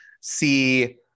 see